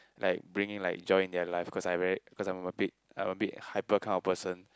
like bring in like join in their life cause I very cause I'm a bit I'm a bit hyper kind of person